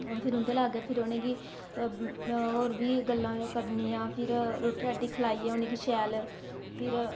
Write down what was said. फिर उं'दे लाग्गै फिर उ'नेंगी होर बी गल्लां करनियां फिर रुट्टी राटी खलाइयै उ'नेंगी शैल फिर